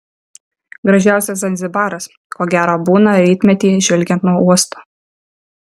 gražiausias zanzibaras ko gero būna rytmetį žvelgiant nuo uosto